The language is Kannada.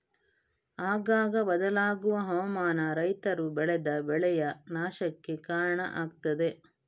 ಆಗಾಗ ಬದಲಾಗುವ ಹವಾಮಾನ ರೈತರು ಬೆಳೆದ ಬೆಳೆಯ ನಾಶಕ್ಕೆ ಕಾರಣ ಆಗ್ತದೆ